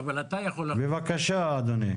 בבקשה אדוני.